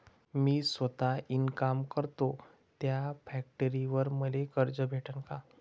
मी सौता इनकाम करतो थ्या फॅक्टरीवर मले कर्ज भेटन का?